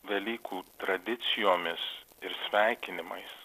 velykų tradicijomis ir sveikinimais